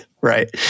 right